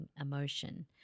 emotion